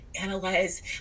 analyze